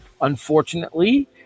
Unfortunately